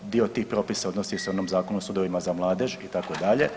Dio tih propisa odnosi se u onom Zakonu o sudovima za mladež itd.